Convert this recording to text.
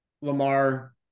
Lamar